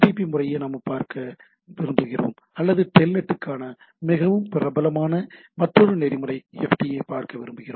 B நெறிமுறை பார்க்க நாங்கள் விரும்புகிறோம் அல்லது டெல்நெட் க்கான மிகவும் பிரபலமான மற்றொரு நெறிமுறை FTP ஐப் பார்க்க நாங்கள் விரும்புகிறோம்